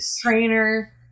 trainer